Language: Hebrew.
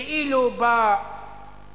כאילו בא להציל.